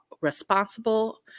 responsible